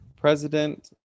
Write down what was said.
president